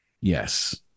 Yes